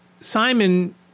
Simon